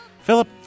Philip